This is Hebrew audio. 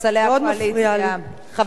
חבר הכנסת כץ.